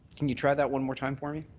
can you try that one more time for me.